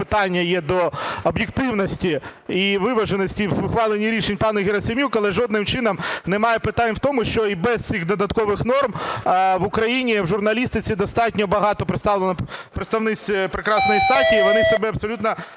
питання є до об'єктивності і виваженості в ухвалені рішень пані Герасим'юк, але жодним чином немає питань в тому, що і без цих додаткових норм в Україні в журналістиці достатньо багато представлено представниць прекрасної статі і вони себе абсолютно